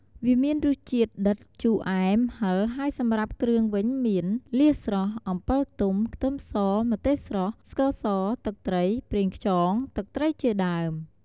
វាមានរសជាតិដិត ជូអែម ហិល ហើយសម្រាប់គ្រឿងវិញមាន លៀសស្រស់ អំពិលទុំ ខ្ទឹមស ម្ទេសស្រស់ ស្ករស ទឹកត្រី ប្រេងខ្យង ទឹកត្រីជាដើម។